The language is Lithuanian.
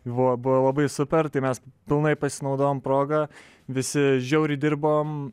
buvo buvo labai super tai mes pilnai pasinaudojom proga visi žiauriai dirbom